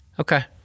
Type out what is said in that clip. Okay